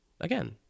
again